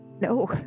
no